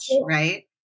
Right